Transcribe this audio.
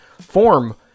form